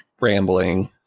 rambling